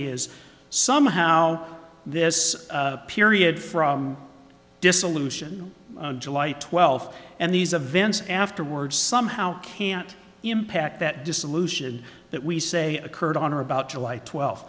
is somehow this period from dissolution july twelfth and these events afterwards somehow can't impact that dissolution that we say occurred on or about july twelfth